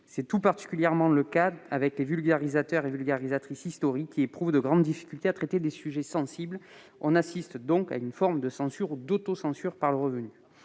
C'est tout particulièrement le cas avec les vulgarisateurs et les vulgarisatrices historiques, qui éprouvent de grandes difficultés à traiter les sujets sensibles. On assiste donc à une forme d'autocensure par le revenu.